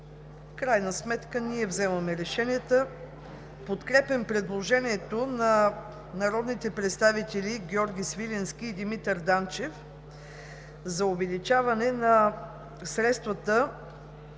крайна сметка ние вземаме решенията. Подкрепям предложението на народните представители Георги Свиленски и Димитър Данчев за увеличаване на средствата